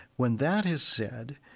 when that is said,